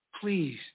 Please